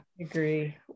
agree